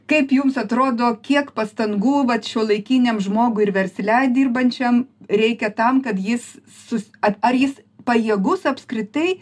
kaip jums atrodo kiek pastangų vat šiuolaikiniam žmogui ir versle dirbančiam reikia tam kad jis sus ar jis pajėgus apskritai